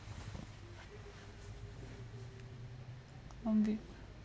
on the